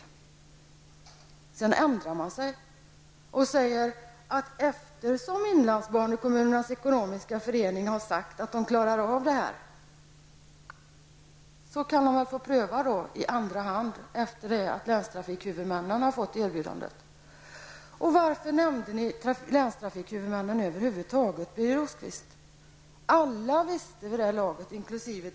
Därefter ändrar sig utskottsmajoriteten och säger: Eftersom inlandsbanekommunernas ekonomiska förening har sagt att de klarar av det här, så kan de i andra hand få försöka efter det att länstrafikhuvudmännen först har fått ett erbjudande. Varför nämner ni över huvud taget länstrafikhuvudmännen, Birger Rosqvist? Alla, inkl.